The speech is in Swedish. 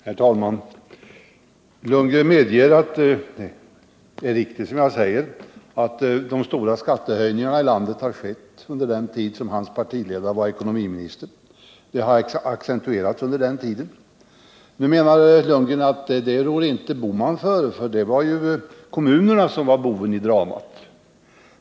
Herr talman! Herr Lundgren medger att jag har rätt i att de stora skattehöjningarna har skett under den tid då hans partiledare var ekonomiminister. De har accentuerats under den tiden. Nu menar herr Lundgren att herr Bohman inte rår för detta, utan att kommunerna var boven i dramat.